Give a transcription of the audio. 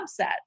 subset